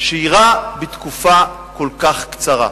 שאירע בתקופה כל כך קצרה?